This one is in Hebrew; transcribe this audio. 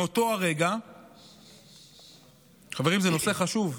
מאותו הרגע, חברים, זה נושא חשוב.